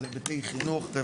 היבטי חינוך,